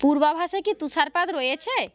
পূর্বাভাসে কি তুষারপাত রয়েছে